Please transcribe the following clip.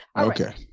Okay